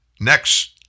next